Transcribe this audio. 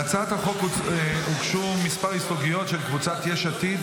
להצעת החוק הוגשו כמה הסתייגויות של קבוצת סיעת יש עתיד,